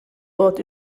bod